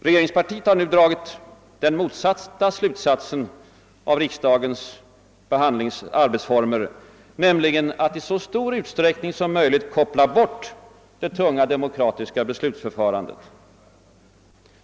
Regeringspartiet har nu dragit den motsatta slutsatsen, nämligen att i så stor utsträckning som möjligt koppla bort det tunga demokratiska beslutsförfarandet.